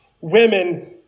women